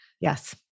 Yes